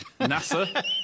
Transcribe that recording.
NASA